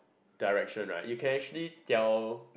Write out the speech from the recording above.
direction right you can actually tell